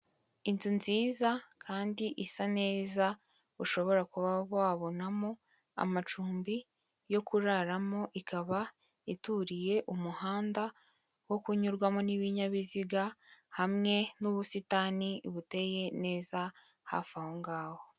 Inzu nziza kandi isa neza ushobora kuba wabonamo amacumbi yo kuraramo, ikaba ituriye umuhanda wo kunyurwamo n'ibinyabiziga, hamwe nu'busitani buteye neza hafi aho ngaho.